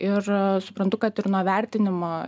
ir suprantu kad ir nuo vertinimo